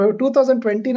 2020